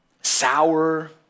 sour